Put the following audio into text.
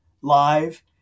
live